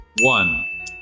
One